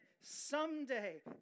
someday